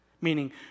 meaning